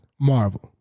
Marvel